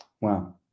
Wow